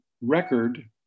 record